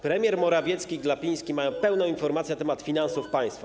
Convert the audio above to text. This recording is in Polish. Premier Morawiecki i Glapiński mają pełną informację na temat finansów państwa.